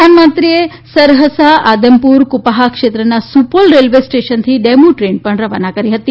પ્રધાનમંત્રીએ સરહસા આદમપુર કુપાહા ક્ષેત્રના સુપોલ રેલવે સ્ટેશનથી ડેમુ ટ્રેન પણ રવાના કરી હતી